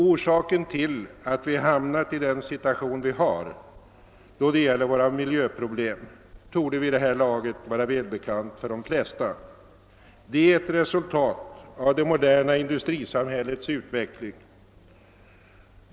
Orsaken till att vi har hamnat i den situation vi befinner oss i då det gäller våra miljöproblem torde vid det här laget vara välbekant för de flesta: det är ett resultat av det moderna industrisamhällets utveckling.